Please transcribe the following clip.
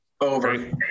Over